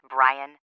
Brian